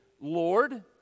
Lord